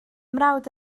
mrawd